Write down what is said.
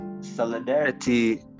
Solidarity